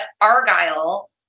Argyle